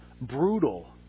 brutal